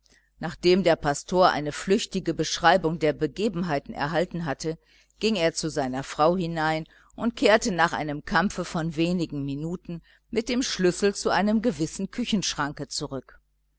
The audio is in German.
nachdem der pastor eine flüchtige beschreibung der begebenheiten erhalten ging er zu seiner frau hinein und kehrte nach einem kampfe von wenigen minuten mit dem schlüssel zu einem gewissen küchenschranke zurück